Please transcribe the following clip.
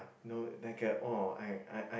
no like a orh I I I